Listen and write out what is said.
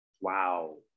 Wow